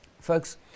Folks